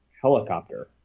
helicopter